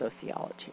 Sociology